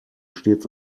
stets